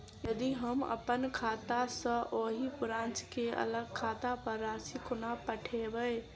यदि हम अप्पन खाता सँ ओही ब्रांच केँ अलग खाता पर राशि कोना पठेबै?